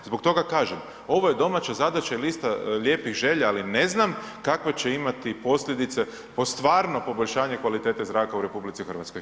Zbog toga kažem, ovo je domaća zadaća i lista lijepih želja, ali ne znam kakve će imati posljedice po stvarno poboljšanje kvalitete zraka u RH.